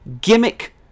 gimmick